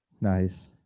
Nice